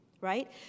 right